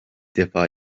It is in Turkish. defa